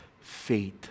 faith